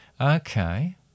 Okay